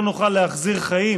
לא נוכל להחזיר חיים,